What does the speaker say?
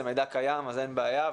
זה מידע קיים, אז אין בעיה.